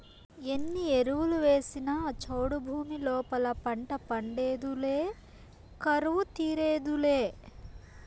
ఎన్ని ఎరువులు వేసినా చౌడు భూమి లోపల పంట పండేదులే కరువు తీరేదులే